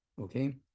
Okay